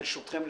ברשותכם,